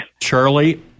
Charlie